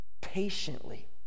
patiently